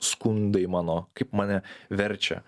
skundai mano kaip mane verčia